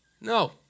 No